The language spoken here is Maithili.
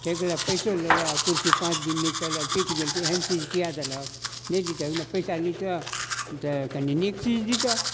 ठकि लेलऽ पैसो लेलऽ आ कुर्सी पाँच दिन नहि चलल टुटि गेल तऽ एहन चीज किआ देलहक नहि दितहक नहि पैसा लितऽ तऽ कनि नीक चीज दितऽ